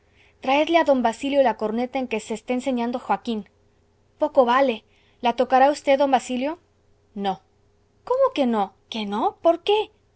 traedle a d basilio la corneta en que se está enseñando joaquín poco vale la tocará v d basilio no cómo que no que no por qué